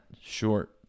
short